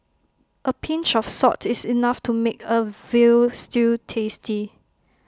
A pinch of salt is enough to make A Veal Stew tasty